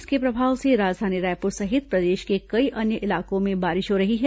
इसके प्रभाव से राजधानी रायपुर सहित प्रदेश के कई अन्य इलाकों में बारिश हो रही है